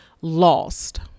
lost